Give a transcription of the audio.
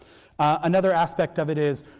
another aspect of it is,